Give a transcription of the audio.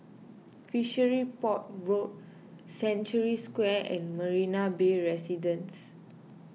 Fishery Port Road Century Square and Marina Bay Residences